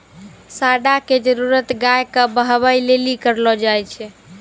साँड़ा के जरुरत गाय के बहबै लेली करलो जाय छै